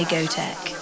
GoTech